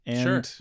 Sure